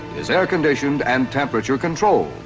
is air-conditioned and temperature-controlled.